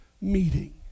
meeting